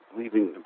leaving